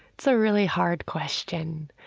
it's a really hard question.